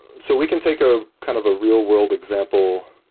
so we can take a kind of a real world example.